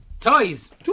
Toys